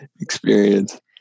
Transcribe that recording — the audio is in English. experience